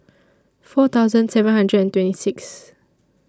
four thousand seven hundred and twenty Sixth